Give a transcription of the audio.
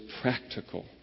practical